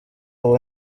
ubu